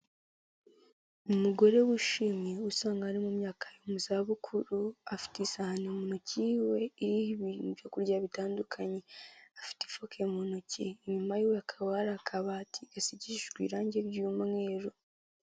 Umugore w'ishimwe usankaho ari mu myaka yo mu za bukuru afite isahani mu ntoki yiwe iriho ibyokurya bitandukanye afite ifoke mu ntoki inyuma akaba hari akabati gasigishijwe irangi ry'umweru.